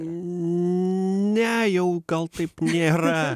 ne jau gal taip nėra